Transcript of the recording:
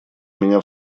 меня